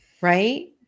right